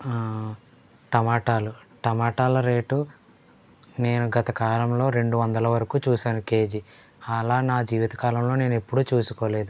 టమాటాలు టమాటాల రేటు నేను గత కాలంలో రెండు వందల వరకు చూసాను కేజీ అలా నా జీవితకాలంలో నేను ఎప్పుడూ చూసుకోలేదు